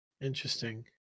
Interesting